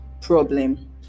problem